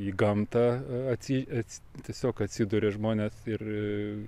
į gamtą tiesiog atsiduria žmonės ir